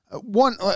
one